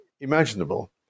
imaginable